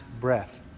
breath